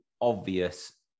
obvious